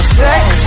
sex